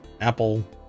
Apple